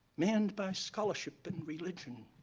manned by scholarship and religion,